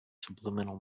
subliminal